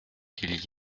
qu’il